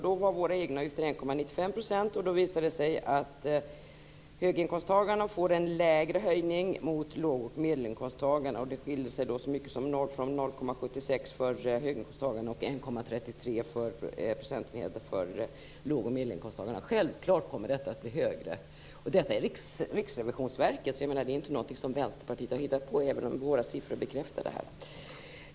Då var våra egenavgifter 1,95 %. Det visade sig att höginkomsttagarna får en lägre höjning mot låg och medelinkomsttagarna. Det skilde sig så mycket som från 0,76 för höginkomsttagarna och 1,33 Självklart kommer detta att bli högre. Detta är Riksrevisionsverkets beräkningar. Det är inte någonting som Vänsterpartiet har hittat på, även om våra siffror bekräftar detta.